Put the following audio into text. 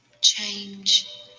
Change